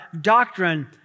doctrine